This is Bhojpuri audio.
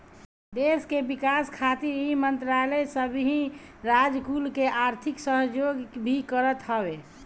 देस के विकास खातिर इ मंत्रालय सबही राज कुल के आर्थिक सहयोग भी करत हवे